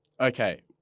Okay